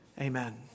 amen